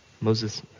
Moses